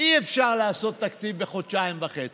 שאי-אפשר לעשות תקציב בחודשיים וחצי.